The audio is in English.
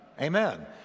Amen